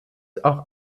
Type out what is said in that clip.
auch